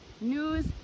news